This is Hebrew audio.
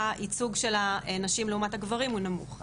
הייצוג של הנשים לעומת הגברים הוא נמוך.